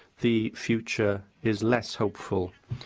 the future is less hopeful.